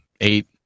eight